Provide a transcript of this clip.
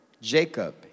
Jacob